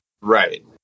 Right